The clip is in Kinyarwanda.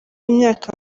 imyaka